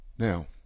Now